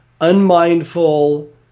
unmindful